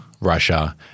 Russia